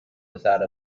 without